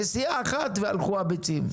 נסיעה אחת והלכו הביצים.